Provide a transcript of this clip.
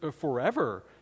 forever